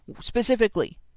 Specifically